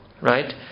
Right